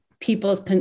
people's